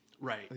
Right